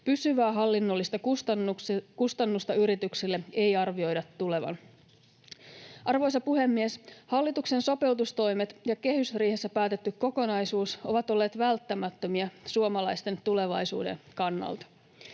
Pysyvää hallinnollista kustannusta yrityksille ei arvioida tulevan. Arvoisa puhemies! Hallituksen sopeutustoimet ja kehysriihessä päätetty kokonaisuus ovat olleet välttämättömiä suomalaisten tulevaisuuden kannalta.